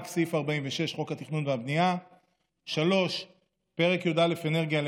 רק סעיף 46 (חוק התכנון והבנייה); 3. פרק י"א (אנרגיה),